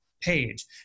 page